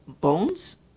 bones